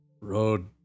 road